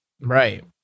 Right